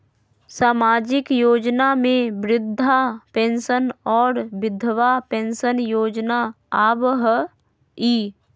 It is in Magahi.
सामाजिक योजना में वृद्धा पेंसन और विधवा पेंसन योजना आबह ई?